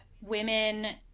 women